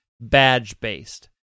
badge-based